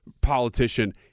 politician